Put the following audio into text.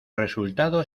resultado